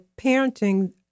parenting